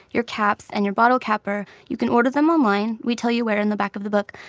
your caps and your bottle capper. you can order them online. we tell you where in the back of the book.